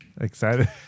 excited